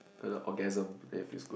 gonna orgasm then it feels good